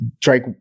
Drake